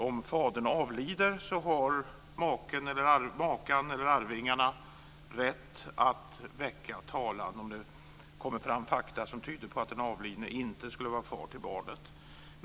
Om fadern avlider har makan eller arvingarna rätt att väcka talan om det kommer fram fakta som tyder på att den avlidne inte skulle vara far till barnet.